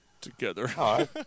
Together